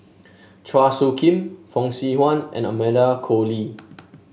Chua Soo Khim Fong Swee Suan and Amanda Koe Lee